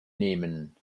nehmen